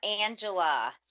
Angela